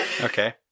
Okay